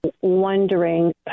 wondering